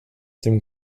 dem